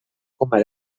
coma